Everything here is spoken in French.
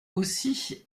aussi